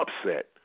upset